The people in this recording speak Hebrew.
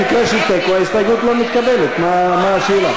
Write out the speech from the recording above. במקרה של תיקו ההסתייגות לא מתקבלת, מה השאלה.